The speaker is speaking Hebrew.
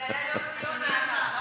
זה היה יוסי יונה.